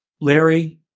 Larry